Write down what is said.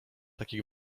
taki